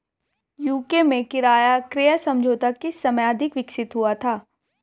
UK में किराया क्रय समझौता किस समय अधिक विकसित हुआ था?